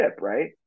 Right